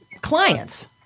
clients